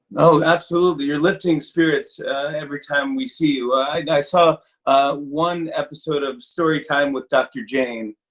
oh, absolutely. you're lifting spirits every time we see you. i i saw one episode of storytime with dr jane.